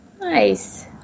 Nice